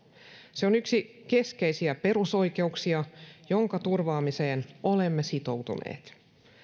se on yksi keskeisiä perusoikeuksia jonka turvaamiseen olemme sitoutuneet